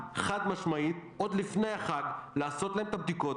חד-משמעית עוד לפני החג לעשות להם את הבדיקות,